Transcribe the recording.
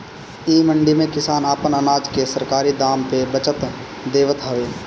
इ मंडी में किसान आपन अनाज के सरकारी दाम पे बचत देवत हवे